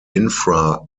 infra